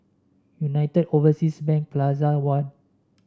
United Overseas Bank Plaza One